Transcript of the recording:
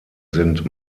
sind